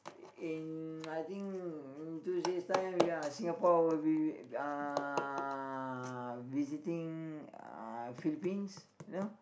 in I think n~ two time ya Singapore will be uh visiting uh Philippines you know